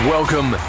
Welcome